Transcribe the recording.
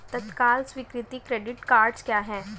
तत्काल स्वीकृति credit cards क्या हैं?